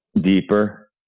deeper